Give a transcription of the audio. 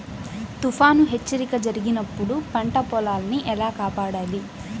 తుఫాను హెచ్చరిక జరిపినప్పుడు పంట పొలాన్ని ఎలా కాపాడాలి?